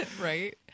Right